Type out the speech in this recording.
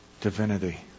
divinity